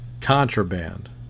contraband